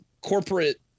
corporate